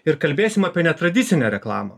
ir kalbėsim apie netradicinę reklamą